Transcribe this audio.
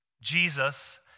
Jesus